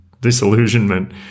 disillusionment